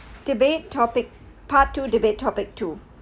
debate topic part two debate topic two